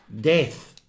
death